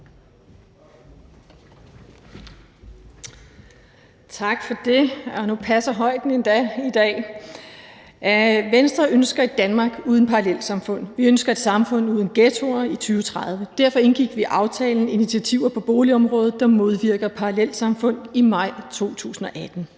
Tak for det – nu passer højden på talerstolen endda i dag. Venstre ønsker et Danmark uden parallelsamfund. Vi ønsker et samfund uden ghettoer i 2030. Derfor indgik vi aftalen om initiativer på boligområdet, der modvirker parallelsamfund, i maj 2018.